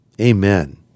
Amen